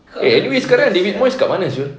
eh anyway sekarang david moyes kat mana [siol]